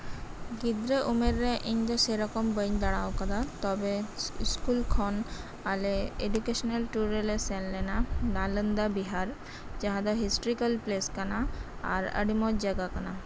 ᱜᱤᱫᱽᱨᱟᱹ ᱩᱢᱮᱨᱨᱮ ᱤᱧ ᱫᱚ ᱥᱮᱭ ᱨᱚᱠᱚᱢ ᱵᱟᱹᱧ ᱫᱟᱲᱟ ᱟᱠᱟᱫᱟ ᱛᱚᱵᱮ ᱤᱥᱠᱩᱞ ᱠᱷᱚᱱ ᱟᱞᱮ ᱤᱰᱩᱠᱮᱥᱚᱱᱟᱞ ᱴᱩᱨ ᱨᱮᱞᱮ ᱥᱮᱱ ᱞᱮᱱᱟ ᱱᱟᱞᱚᱱᱫᱟ ᱵᱤᱦᱟᱨ ᱡᱟᱦᱟᱸ ᱫᱚ ᱦᱤᱥᱴᱤᱨᱤᱠᱮᱞ ᱯᱮᱞᱮᱥ ᱠᱟᱱᱟ ᱟᱨ ᱟᱹᱰᱤ ᱢᱚᱸᱡᱽ ᱡᱟᱭᱜᱟ ᱠᱟᱱᱟ